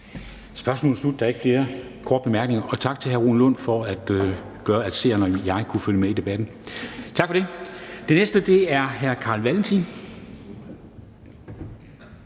Kristensen): Der er ikke flere korte bemærkninger. Tak til hr. Rune Lund for at gøre det sådan, at seerne og jeg kunne følge med i debatten. Tak for det. Den næste ordfører er hr. Carl Valentin.